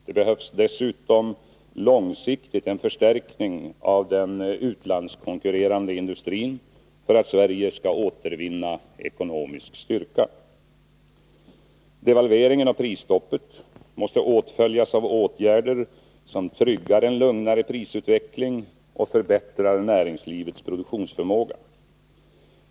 Det behövs dessutom långsiktigt en förstärkning av den utlandskonkurrerande industrin för att Sverige skall återvinna ekonomisk styrka. Devalveringen och prisstoppet måste åtföljas av åtgärder, som tryggar en lugnare prisutveckling och förbättrar näringslivets produktionsförmåga.